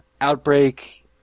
Outbreak